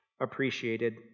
appreciated